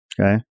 Okay